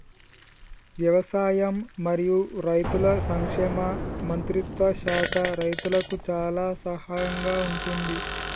వ్యవసాయం మరియు రైతుల సంక్షేమ మంత్రిత్వ శాఖ రైతులకు చాలా సహాయం గా ఉంటుంది